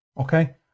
okay